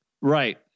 Right